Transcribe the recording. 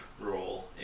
role